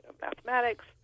Mathematics